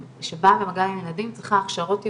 שבאה במגע עם ילדים צריכה הכשרות ייעודיות,